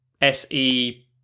SE